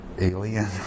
alien